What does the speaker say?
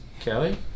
Kelly